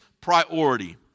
priority